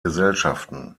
gesellschaften